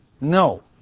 No